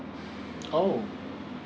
oh